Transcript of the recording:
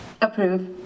Approve